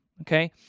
okay